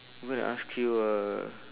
I'm gonna ask you uh